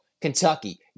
Kentucky